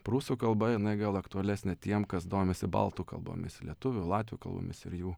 prūsų kalba jinai gal aktualesnė tiem kas domisi baltų kalbomis lietuvių latvių kalbomis ir jų